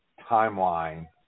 timeline